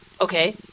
okay